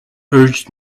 urged